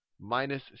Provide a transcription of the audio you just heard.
minus